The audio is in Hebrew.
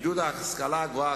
עידוד ההשכלה הגבוהה,